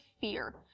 fear